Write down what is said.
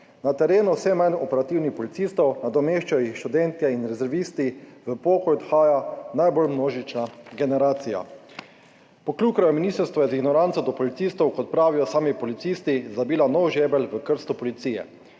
Na terenu vse manj operativnih policistov, nadomeščajo jih študentje in rezervisti. V pokoj odhaja najbolj množična generacija.« Poklukarjevo ministrstvo je z ignoranco do policistov, kot pravijo sami policisti, zabilo nov žebelj v krsto Policije.